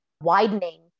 widening